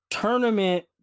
tournament